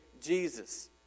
Jesus